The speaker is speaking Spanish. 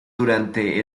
durante